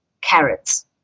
carrots